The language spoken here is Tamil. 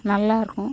நல்லாயிருக்கும்